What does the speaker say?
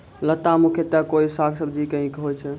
लता मुख्यतया कोय साग सब्जी के हीं होय छै